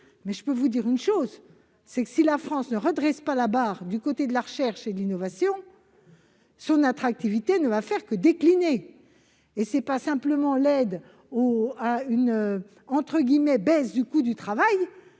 je peux vous dire que, si la France ne redresse pas la barre du côté de la recherche et de l'innovation, son attractivité ne va faire que décliner ! Ce n'est pas une simple aide à la baisse du « coût du travail »